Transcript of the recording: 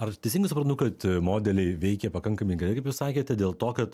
ar teisingai suprantu kad modeliai veikia pakankamai gerai kaip jūs sakėte dėl to kad